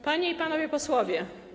Panie i Panowie Posłowie!